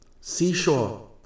Seashore